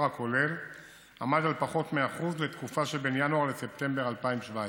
הכולל עמד על פחות מ-1% לתקופה שבין ינואר לספטמבר 2017,